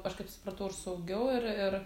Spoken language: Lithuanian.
aš kaip supratau ir saugiau ir ir